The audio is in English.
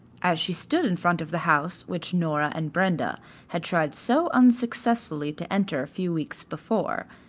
as she stood in front of the house which nora and brenda had tried so unsuccessfully to enter a few weeks before,